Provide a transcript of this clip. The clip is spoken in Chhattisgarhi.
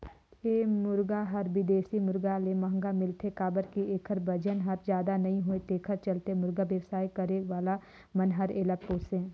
ए मुरगा हर बिदेशी मुरगा ले महंगा मिलथे काबर कि एखर बजन हर जादा नई होये तेखर चलते मुरगा बेवसाय करे वाला मन हर एला पोसे